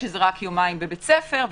שזה רק יומיים בבית ספר,